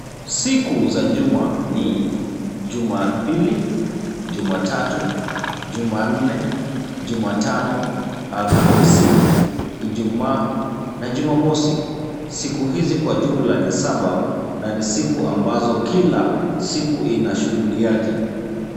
Siku za juma ni; Jumapili, Jumatatu, Jumanne, Jumatano, Alhamisi, Ijumaa na Jumamosi. Siku hizi kwa jumla ni saba na ni siku ambazo kila siku inashughuli yake.